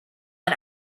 and